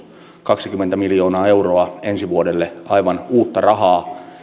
kaksikymmentä miljoonaa euroa ensi vuodelle aivan uutta rahaa